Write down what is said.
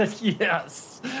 Yes